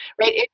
right